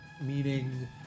meaning